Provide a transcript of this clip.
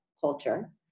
culture